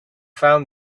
found